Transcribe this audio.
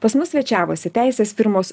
pas mus svečiavosi teisės firmos